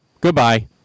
goodbye